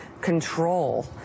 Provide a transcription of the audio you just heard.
control